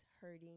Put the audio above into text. hurting